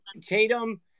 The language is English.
Tatum